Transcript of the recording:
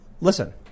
Listen